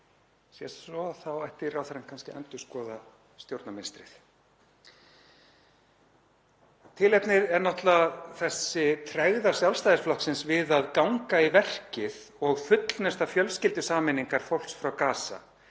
Sé svo þá ætti ráðherrann kannski að endurskoða stjórnarmynstrið. Tilefnið er náttúrlega þessi tregða Sjálfstæðisflokksins við að ganga í verkið og fullnusta fjölskyldusameiningar fólks frá Gaza.